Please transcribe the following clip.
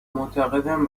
معتقدم